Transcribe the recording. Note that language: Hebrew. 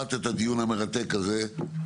שמעת את הדיון המרתק הזה,